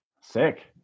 Sick